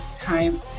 time